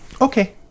Okay